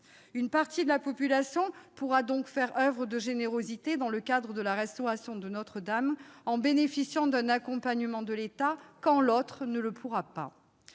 Une partie des Français pourra donc faire oeuvre de générosité dans le cadre de la restauration de Notre-Dame en bénéficiant d'un accompagnement de l'État, quand l'autre ne le pourra pas.